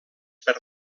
per